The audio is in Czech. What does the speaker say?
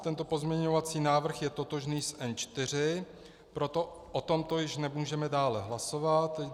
Tento pozměňovací návrh je totožný s N4, proto o tomto již nemůžeme dále hlasovat.